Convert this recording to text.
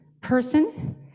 person